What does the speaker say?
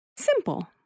simple